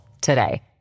today